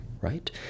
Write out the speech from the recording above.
right